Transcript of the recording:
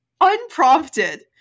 Unprompted